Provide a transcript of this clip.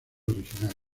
original